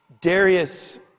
Darius